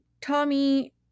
Tommy